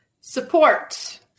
Support